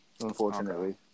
Unfortunately